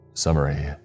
Summary